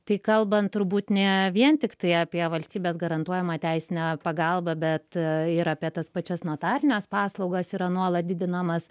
tai kalbant turbūt ne vien tiktai apie valstybės garantuojamą teisinę pagalbą bet ir apie tas pačias notarines paslaugas yra nuolat didinamas